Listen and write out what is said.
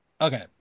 Okay